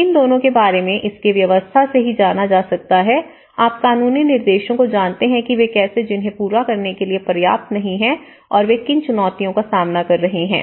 इन दोनों के बारे में इस के व्यवस्था से ही जाना जा सकता है आप कानूनी निर्देशों को जानते हैं कि वे कैसे जिन्हें पूरा करने के लिए पर्याप्त नहीं है और वे किन चुनौतियों का सामना कर रहे हैं